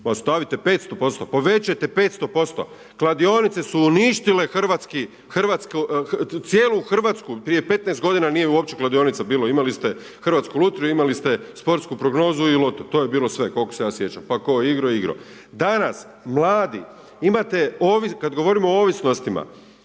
stavite 500%, povećajte 500%. Kladionice su uništile hrvatski, cijelu Hrvatsku. Prije 15 godine nije uopće kladionica bilo. Imali ste Hrvatsku lutriju, imali ste sportsku prognozu i loto. To je bilo sve, koliko se ja sjećam. Pa ko igro, igro. Danas mladi, imate, kad govorimo o ovisnostima.